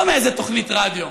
לא מאיזו תוכנית רדיו,